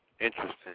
Interesting